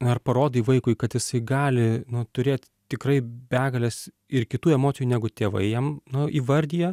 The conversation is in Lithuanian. ar parodai vaikui kad jisai gali nu turėt tikrai begales ir kitų emocijų negu tėvai jam nu įvardija